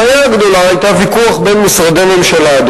הבעיה הגדולה היתה ויכוח בין משרדי ממשלה,